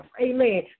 amen